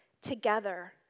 together